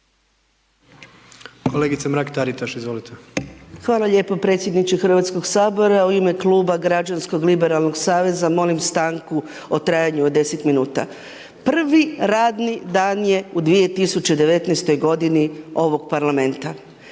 **Mrak-Taritaš, Anka (GLAS)** Hvala lijepo predsjedniče HS-a. U ime kluba građanskog liberalnog saveza molim stanku u trajanju od 10 minuta. Prvi radni dan je u 2019.-toj godini ovog Parlamenta